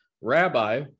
Rabbi